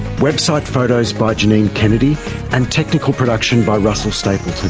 website photos by janine kennedy and technical production by russell stapleton.